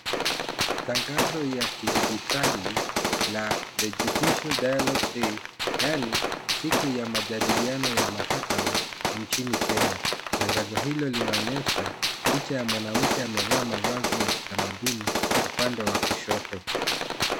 Tangazo ya kidijitali ya the judicial dialogue day, yaani simu ya majadilianonya mahakama nchini Kenya. Tangazo hilo linaonyesha picha ya mwanamke amevaa mavazi ya kitamaduni upande wa kushoto.